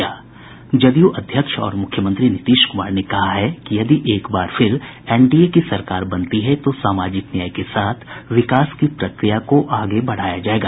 जदयू अध्यक्ष और मुख्यमंत्री नीतीश कुमार ने कहा है कि यदि एक बार फिर एनडीए की सरकार बनती है तो सामाजिक न्याय के साथ विकास की प्रक्रिया को आगे बढ़ाया जायेगा